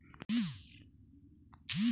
मी रूमचा किराया रूम मालकाले ऑनलाईन कसा पाठवू?